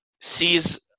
sees